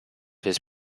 his